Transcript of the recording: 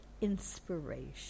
inspiration